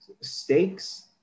stakes